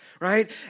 Right